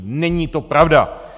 Není to pravda.